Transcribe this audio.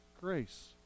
grace